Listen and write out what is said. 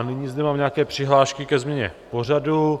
Nyní zde mám nějaké přihlášky ke změně pořadu.